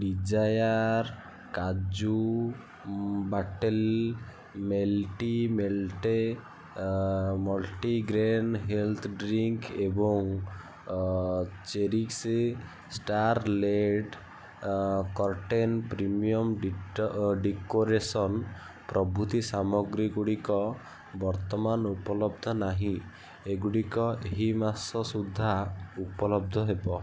desire kaju katli millet millet multigrain health drink ଏବଂ cherish X star L E D curtain premium decoration ପ୍ରଭୃତି ସାମଗ୍ରୀଗୁଡ଼ିକ ବର୍ତ୍ତମାନ ଉପଲବ୍ଧ ନାହିଁ ଏଗୁଡ଼ିକ ଏହି ମାସ ସୁଦ୍ଧା ଉପଲବ୍ଧ ହେବ